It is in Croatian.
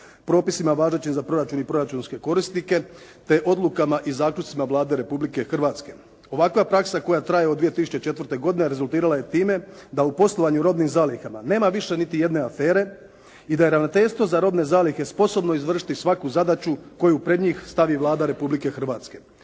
propisima važećim za proračun i proračunske korisnike te odlukama i zaključcima Vlade Republike Hrvatske. Ovakva praksa koja traje od 2004. godine rezultirala je time da u poslovanju robnim zalihama nema više nit jedne afere i da je Ravnateljstvo za robne zalihe sposobno izvršiti svaku zadaću koju pred njih stavi Vlada Republike Hrvatske.